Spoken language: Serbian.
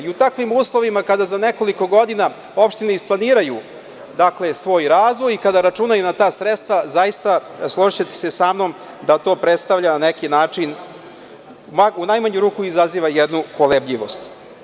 U takvim uslovima, kada za nekoliko godina opštine isplaniraju svoj razvoj i kada računaju na ta sredstva, zaista, složićete se sa mnom, to predstavlja na neki način, u najmanju ruku izaziva jednu kolebljivost.